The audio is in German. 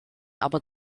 aber